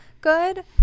good